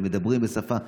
והם מדברים בשפה הערבית,